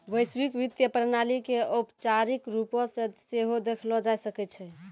वैश्विक वित्तीय प्रणाली के औपचारिक रुपो से सेहो देखलो जाय सकै छै